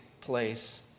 place